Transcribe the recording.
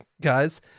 guys